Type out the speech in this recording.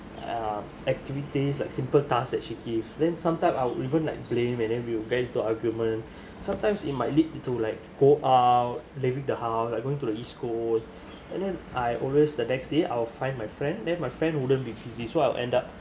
uh activities like simple task that she give then sometime I would even like blame and then we were get into an argument sometimes it might lead to like go out leaving the house like going to the east coast and then I always the next day I will find my friend then my friend wouldn't be busy so I'll end up